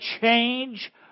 change